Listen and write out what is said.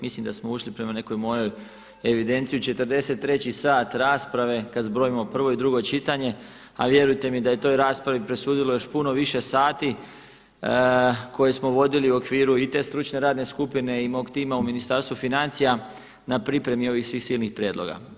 Mislim da smo ušli prema nekoj mojoj evidenciji u 43. sat rasprave kad zbrojimo prvo i drugo čitanje, a vjerujte mi da je toj raspravi presudilo još puno više sati koje smo vodili u okviru i te stručne radne skupine i mog tima u Ministarstvu financija na pripremi ovih svih silnih prijedloga.